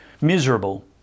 Miserable